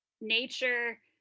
nature